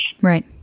Right